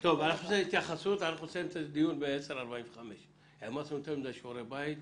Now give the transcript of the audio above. אנחנו נסיים את הדיון בשעה 10:45. העמסנו יותר מדי שיעורי בית.